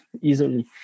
easily